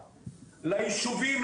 ליישובים,